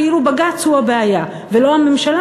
כאילו בג"ץ הוא הבעיה ולא הממשלה,